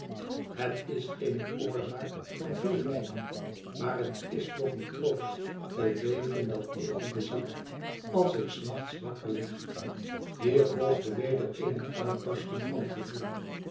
het is eene oorzaak van veel lijden maar het is toch een troost te weten dat ik dien bezit als ik s nachts wakker lig hier volgde weder eene uitbarsting van gevoel